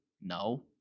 No